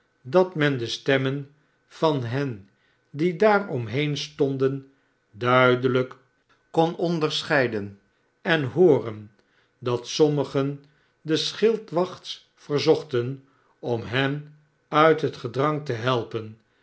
dat men de stemmen van hen die daar omheen stonden duidehjk kon onderscheiden en hooren dat sommigen de schildwachts verzochten om hen uit het gedrang te helpen